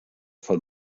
von